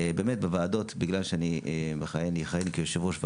בגלל שאני אכהן כיושב-ראש ועדה,